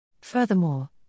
Furthermore